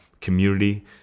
community